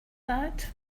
that